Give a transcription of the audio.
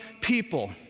people